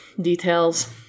details